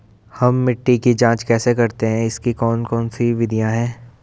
हम मिट्टी की जांच कैसे करते हैं इसकी कौन कौन सी विधियाँ है?